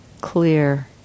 clear